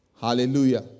Hallelujah